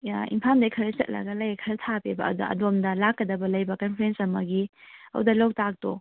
ꯏꯝꯐꯥꯜꯗꯩ ꯈꯔ ꯆꯠꯂꯒ ꯂꯩꯔꯦ ꯈꯔ ꯊꯥꯞꯄꯦꯕ ꯑꯗ ꯑꯗꯣꯝꯗ ꯂꯥꯛꯀꯗꯕ ꯂꯩꯕ ꯀꯟꯐ꯭ꯔꯦꯟꯁ ꯑꯃꯒꯤ ꯑꯗꯨꯗ ꯂꯣꯛꯇꯥꯛꯇꯣ